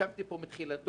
ישבתי פה מתחילתו.